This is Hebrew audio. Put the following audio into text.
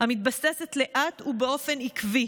המתבססת לאט ובאופן עקיב,